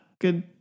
Good